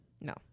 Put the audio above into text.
No